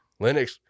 Linux